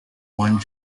one